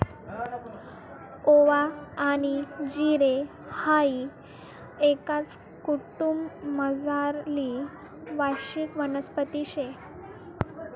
ओवा आनी जिरे हाई एकाच कुटुंबमझारली वार्षिक वनस्पती शे